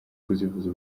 kuzivuza